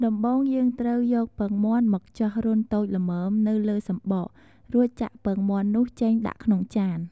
ដំបូងយើងត្រូវ យកពងមាន់មកចោះរន្ធតូចល្មមនៅលើសំបក រួចចាក់ពងមាន់នោះចេញដាក់ក្នុងចាន។